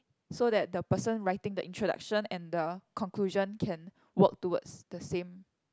so that the person writing the introduction and the conclusion can work towards the same